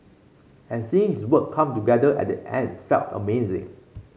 and seeing his work come together at the end felt amazing